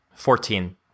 Fourteen